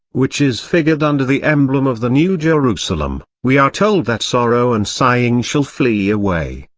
which is figured under the emblem of the new jerusalem, we are told that sorrow and sighing shall flee away,